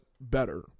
better